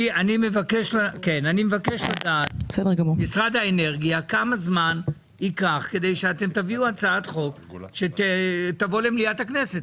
אני מבקש לדעת כמה זמן ייקח עד שתביאו הצעת חוק שתבוא למליאת הכנסת,